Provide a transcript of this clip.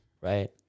right